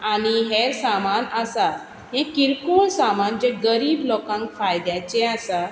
आनी हें सामान आसा हें किरकोळ सामान जें गरीब लोकांक फायद्याचें आसा